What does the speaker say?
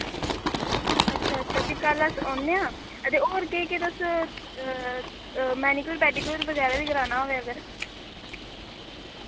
अच्छा अच्छा फ्ही कल अस औने आं हां ते और केह् केह् तुस मैनीक्योर पैडीक्योर बगैरा बी कराना होऐ अगर